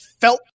felt